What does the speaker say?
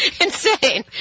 insane